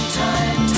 time